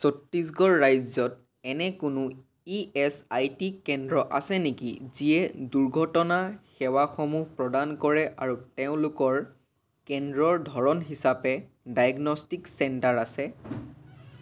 ছত্তীশগড় ৰাজ্যত এনে কোনো ই এচ আই চি কেন্দ্ৰ আছে নেকি যিয়ে দুৰ্ঘটনা সেৱাসমূহ প্ৰদান কৰে আৰু তেওঁলোকৰ কেন্দ্ৰৰ ধৰণ হিচাপে ডায়েগ'নষ্টিক চেণ্টাৰ আছে